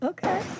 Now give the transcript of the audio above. Okay